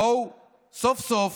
בואו סוף-סוף